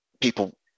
people